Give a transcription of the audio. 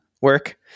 work